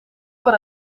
van